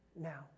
now